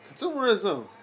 Consumerism